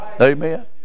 Amen